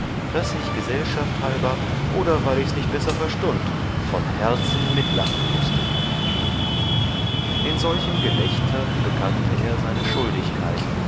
daß ich gesellschaft halber oder weil ichs nicht besser verstund von herzen mitlachen mußte in solchem gelächter bekannte er seine schuldigkeit